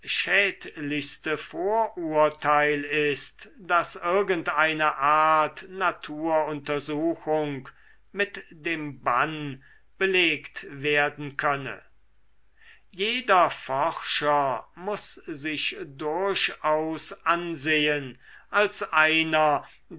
schädlichste vorurteil ist daß irgendeine art naturuntersuchung mit dem bann belegt werden könne jeder forscher muß sich durchaus ansehen als einer der